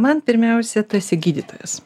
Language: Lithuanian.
man pirmiausia tu esi gydytojas